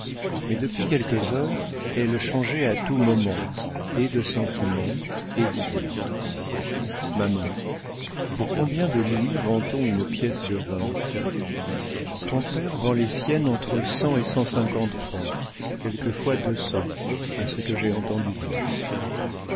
mais depuis quelques heures elle changeait à tous moments et de sentiments et d'idées maman pour combien de louis vend on une pièce de vin ton père vend les siennes entre cent et cent cinquante francs quelquefois deux cents à ce que j'ai entendu dire